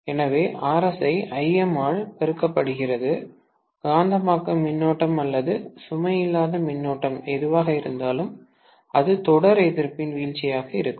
எனவே Rs ஐ Im ஆல் பெருக்கப்படுகிறது காந்தமாக்கும் மின்னோட்டம் அல்லது சுமை இல்லாத மின்னோட்டம் எதுவாக இருந்தாலும் அது தொடர் எதிர்ப்பின் வீழ்ச்சியாக இருக்கும்